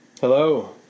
Hello